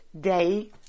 day